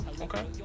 Okay